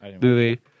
movie